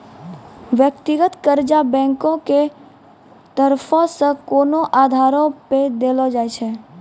व्यक्तिगत कर्जा बैंको के तरफो से कोनो आधारो पे देलो जाय छै